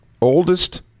oldest